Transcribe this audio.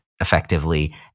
effectively